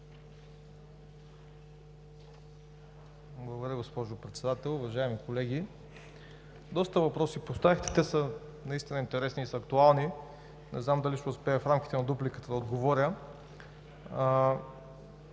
Благодаря Ви, госпожо Председател. Уважаеми колеги! Доста въпроси поставихте, те са наистина интересни и са актуални – не знам дали ще успея в рамките на дупликата да отговоря.